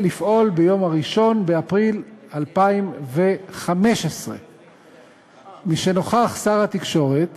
לפעול ביום 1 באפריל 2015. משנוכח שר התקשורת